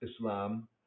Islam